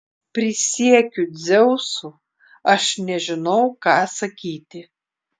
prisiekiu dzeusu aš nežinau ką sakyti